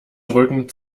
drücken